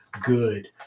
good